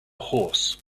horse